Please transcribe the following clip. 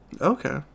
Okay